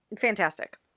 fantastic